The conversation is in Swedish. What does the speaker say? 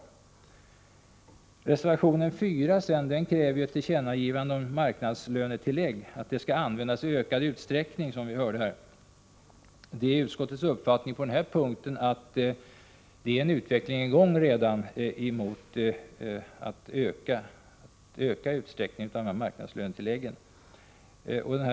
I reservation 4 krävs ett tillkännagivande att marknadslönetillägg skall användas i ökad utsträckning, som vi hörde här. På den punkten är utskottets uppfattning att en utveckling redan är i gång mot att använda dessa marknadslönetillägg i ökad utsträckning.